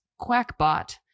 QuackBot